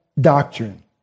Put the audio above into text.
doctrine